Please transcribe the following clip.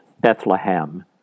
Bethlehem